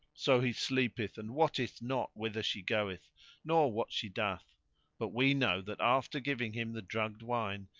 so he sleepeth and wotteth not whither she goeth, nor what she doeth but we know that after giving him the drugged wine,